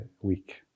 week